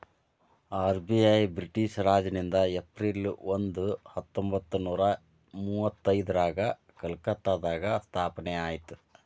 RBI British ರಾಜನಿಂದ April ಒಂದ ಹತ್ತೊಂಬತ್ತನೂರ ಮುವತ್ತೈದ್ರಾಗ ಕಲ್ಕತ್ತಾದಾಗ ಸ್ಥಾಪನೆ ಆಯ್ತ್